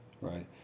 Right